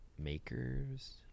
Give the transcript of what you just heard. makers